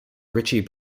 ritchie